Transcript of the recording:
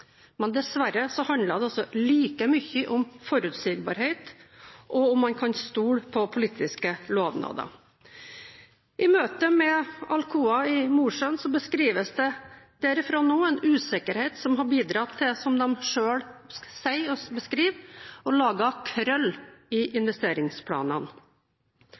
Men hadde dette enda kun handlet om kroner og øre, hadde alt vært vel. Dessverre handler det også like mye om forutsigbarhet, og om man kan stole på politiske lovnader. Alcoa i Mosjøen beskriver nå en usikkerhet som har bidratt til, som de selv sier, å lage krøll i investeringsplanene.